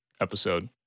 episode